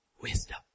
Wisdom